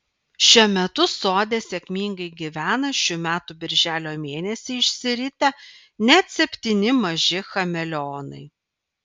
šiuo metu sode sėkmingai gyvena šių metų birželio mėnesį išsiritę net septyni maži chameleonai